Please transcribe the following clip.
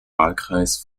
wahlkreis